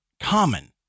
common